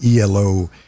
ELO